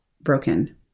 broken